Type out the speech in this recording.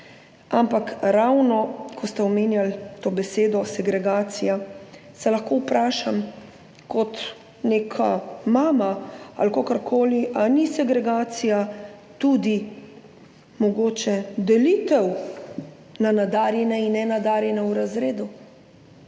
Ampak ravno, ko ste omenjali to besedo segregacija, se lahko vprašam kot neka mama ali kakorkoli, ali ni segregacija tudi mogoče delitev na nadarjene in nenadarjene v razredu,